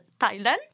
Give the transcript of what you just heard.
Thailand